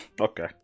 okay